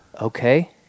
Okay